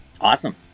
Awesome